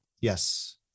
Yes